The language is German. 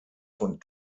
von